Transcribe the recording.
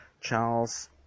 Charles